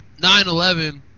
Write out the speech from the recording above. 9-11